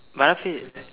Banafee